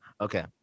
Okay